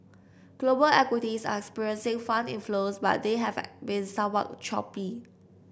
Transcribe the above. global equities are experiencing fund inflows but they have been somewhat choppy